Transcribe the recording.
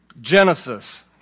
Genesis